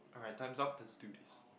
alright time's up lets do this